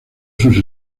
sus